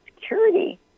security